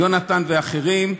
יונתן ואחרים,